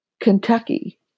Kentucky